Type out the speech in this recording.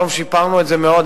היום שיפרנו את זה מאוד,